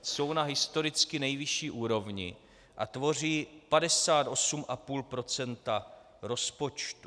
Jsou na historicky nejvyšší úrovni a tvoří 58,5 % rozpočtu.